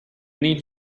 need